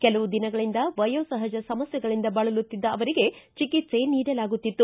ಕೆಲವು ದಿನಗಳಂದ ವಯೋಸಹಜ ಸಮಸ್ಥೆಗಳಂದ ಬಳಲುತ್ತಿದ್ದ ಅವರಿಗೆ ಚಿಕಿತ್ಲೆ ನೀಡಲಾಗುತ್ತಿತ್ತು